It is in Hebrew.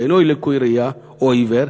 שאינו לקוי ראייה או עיוור,